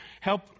help